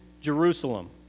Jerusalem